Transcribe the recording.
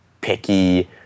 picky